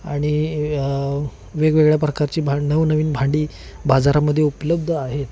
आणि वेगवेगळ्या प्रकारची भां नवनवीन भांडी बाजारामध्ये उपलब्ध आहेत